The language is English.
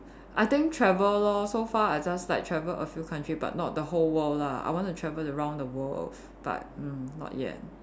I think travel lor so far I just like travel a few country but not the whole world lah I want to travel around the world but mm not yet